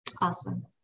Awesome